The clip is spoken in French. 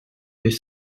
des